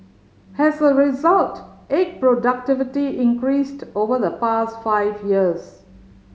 has a result egg productivity increased over the past five years